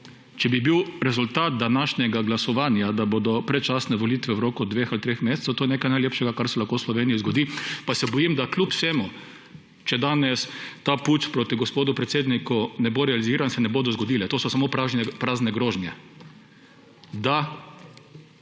če bi bil rezultat današnjega glasovanja, da bodo predčasne volitve v roku dveh ali treh mesecev, je to nekaj najlepšega, kar se lahko v Sloveniji zgodi, pa se bojim, da kljub vsemu, če danes ta puč proti gospodu predsedniku ne bo realiziran, se ne bodo zgodile. To so samo prazne grožnje, da